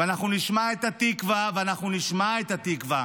ואנחנו נשמע את "התקווה" ואנחנו נשמע את "התקווה",